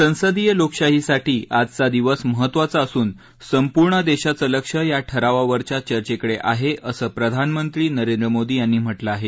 संसदीय लोकशाहीसाठी आजचा दिवस महत्वाचा असून संपूर्ण देशाचं लक्ष या ठरावावरच्या चर्चेकडे आहे असं प्रधानमंत्री नरेंद्र मोदी यांनी म्हा झिं आहे